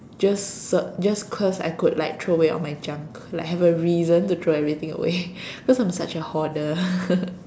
just search just cause I could just like throw away all my junk like have a reason to throw everything away cause I'm such a hoarder